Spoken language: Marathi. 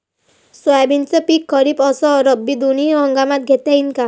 सोयाबीनचं पिक खरीप अस रब्बी दोनी हंगामात घेता येईन का?